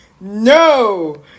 no